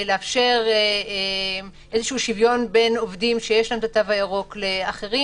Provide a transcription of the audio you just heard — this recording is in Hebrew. לאפשר שוויון בין עובדים שיש להם התו הירוק לאחרים.